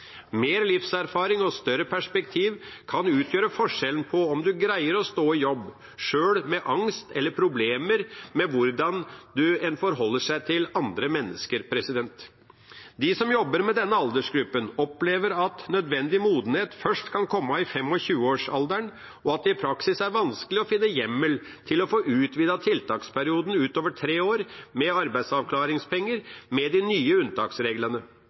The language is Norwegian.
Mer livserfaring og større perspektiv kan utgjøre forskjellen på om en greier å stå i jobb, sjøl med angst eller problemer med hvordan en forholder seg til andre mennesker. De som jobber med denne aldersgruppen, opplever at nødvendig modenhet først kan komme i 25-årsalderen, og at det med de nye unntaksreglene i praksis er vanskelig å finne hjemmel til å få utvidet tiltaksperioden utover tre år med arbeidsavklaringspenger.